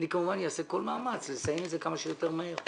אני כמובן אעשה כל מאמץ כדי לסיים את זה כמה שיותר מהר.